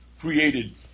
created